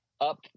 up